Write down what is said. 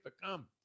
become